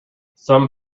some